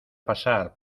pasar